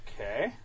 Okay